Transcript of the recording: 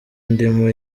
ndimo